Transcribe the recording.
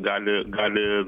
gali gali